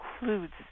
includes